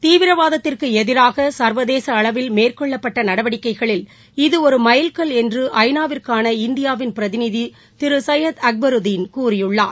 தீவிரவாதத்திற்கு எதிராக சர்வதேச அளவில் மேற்கொள்ளப்பட்ட நடவடிக்கைகளில் இது ஒரு மைல்கல் என்று ஐ நா விற்கான இந்தியாவின் பிரதிநிதி திரு சையத் அக்பரூதின் கூறியுள்ளார்